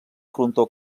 frontó